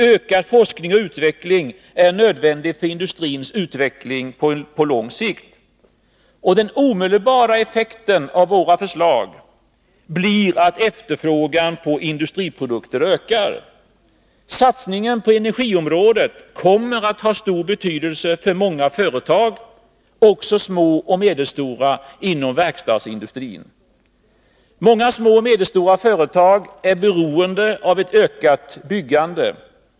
Ökad forskning och utveckling är nödvändiga för industrins utveckling på lång sikt. Den omedelbara effekten av våra förslag blir att efterfrågan på industriprodukter ökar. Satsningen på energiområdet kommer att ha stor betydelse för många företag, också små och medelstora, inom verkstadsindustrin. Många små och medelstora företag är beroende av ett ökat byggande.